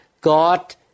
God